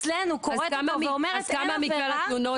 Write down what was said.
אצלנו קוראת אותו ואומרת בסוף שאין עבירה,